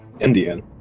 Indian